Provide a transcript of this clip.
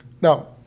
Now